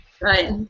Right